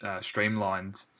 streamlined